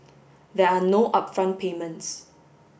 there are no upfront payments